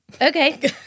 Okay